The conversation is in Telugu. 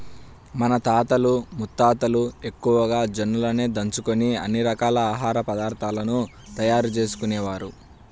మన తాతలు ముత్తాతలు ఎక్కువగా జొన్నలనే దంచుకొని అన్ని రకాల ఆహార పదార్థాలను తయారు చేసుకునేవారు